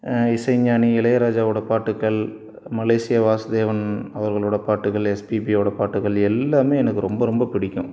இசைஞானி இளையராஜாவோட பாட்டுக்கள் மலேஷியா வாசுதேவன் அவர்களோட பாட்டுகள் எஸ்பிபியோட பாட்டுகள் எல்லாமே எனக்கு ரொம்ப ரொம்ப பிடிக்கும்